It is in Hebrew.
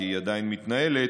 כי היא עדיין מתנהלת,